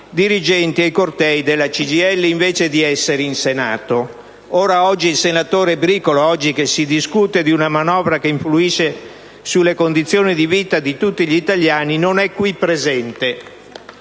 dirigenti ai cortei della CGIL invece di essere in Senato. Oggi il senatore Bricolo, mentre si discute di una manovra che influisce sulle condizioni di vita di tutti gli italiani, non è presente.